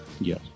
Yes